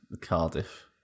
Cardiff